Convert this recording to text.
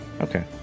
Okay